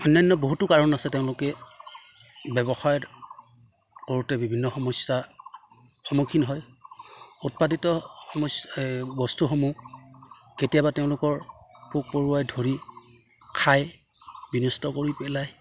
অন্যান্য বহুতো কাৰণ আছে তেওঁলোকে ব্যৱসায় কৰোঁতে বিভিন্ন সমস্যাৰ সন্মুখীন হয় উৎপাদিত বস্তুসমূহ কেতিয়াবা তেওঁলোকৰ পোক পৰুৱাই ধৰি খায় বিনষ্ট কৰি পেলাই